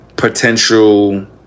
potential